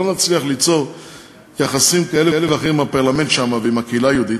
לא נצליח ליצור יחסים כאלה ואחרים עם הפרלמנט שם ועם הקהילה היהודית,